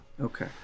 Okay